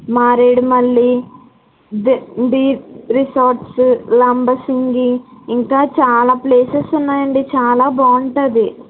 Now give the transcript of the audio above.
మారేడు మల్లి ద్ the resorts Lambasingi ఇంకా చాలా ప్లేసెస్ ఉన్నాయండి చాలా బాగుంటుంది